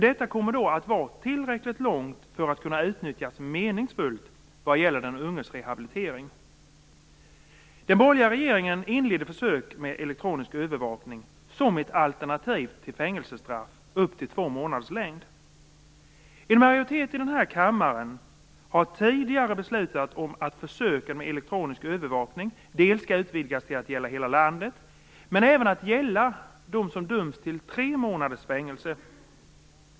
Detta kommer då att vara tillräckligt långt för att kunna utnyttjas meningsfullt vad gäller den unges rehabilitering. Den borgerliga regeringen inledde försök med elektronisk övervakning som ett alternativ till upp till två månader långa fängelsestraff. En majoritet i denna kammare har tidigare beslutat om att försöken med elektronisk övervakning dels skall utvidgas till att gälla hela landet, dels gälla dem som döms till tre månaders fängelse.